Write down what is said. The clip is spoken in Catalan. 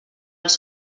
els